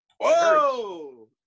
Whoa